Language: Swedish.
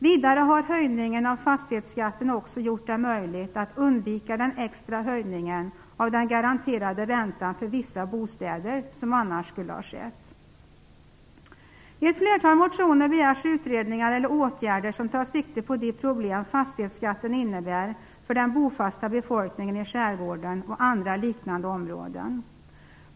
Vidare har höjningen av fastighetsskatten också gjort det möjligt att undvika den extra höjning av den garanterade räntan för vissa bostäder som annars skulle ha skett. I ett flertal motioner begärs utredningar eller åtgärder som tar sikte på de problem som fastighetsskatten innebär för den bofasta befolkningen i skärgården och andra liknande områden.